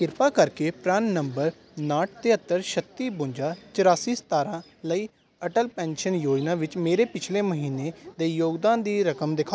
ਕਿਰਪਾ ਕਰਕੇ PRAN number ਉਣਾਹਠ ਤਿਹੱਤਰ ਛੱਤੀ ਬਵੰਜਾ ਚੁਰਾਸੀ ਸਤਾਰਾਂ ਲਈ ਅਟਲ ਪੈਨਸ਼ਨ ਯੋਜਨਾ ਵਿੱਚ ਮੇਰੇ ਪਿਛਲੇ ਮਹੀਨੇ ਦੇ ਯੋਗਦਾਨ ਦੀ ਰਕਮ ਦਿਖਾਓ